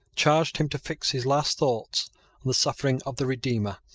charged him to fix his last thoughts on the sufferings of the redeemer,